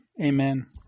Amen